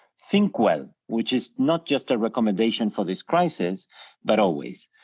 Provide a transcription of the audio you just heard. think well, which is not just a recommendation for this crisis but always.